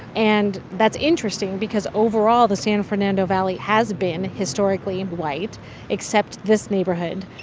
and that's interesting because, overall, the san fernando valley has been historically white except this neighborhood.